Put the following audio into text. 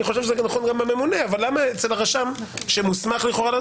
אני חושב שזה גם יכול להיות איתו למה אצל הרשם שמוסמך לכאורה,